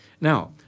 Now